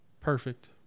Perfect